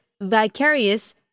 vicarious